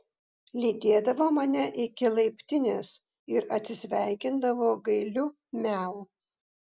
lydėdavo mane iki laiptinės ir atsisveikindavo gailiu miau